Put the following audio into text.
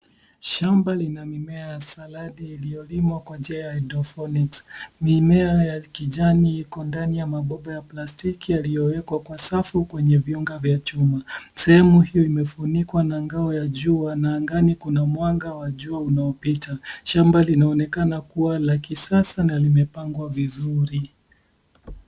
Shamba lina mimea ya saladi iliyolimwa kwa mjia ya Hydroponics . Mimea ya kijani iko ndani ya mabomba ya plastiki yaliyowekwa kwa safu kwenye vyunga vya chuma. Sehemu hio imefunikwa na ngao ya jua na angani kuna mwanga wa jua unaopita. Shamba linaonekana kua la kisasa na limepangwa vizuri.